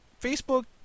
Facebook